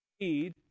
need